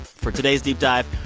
for today's deep dive,